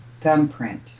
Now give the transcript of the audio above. thumbprint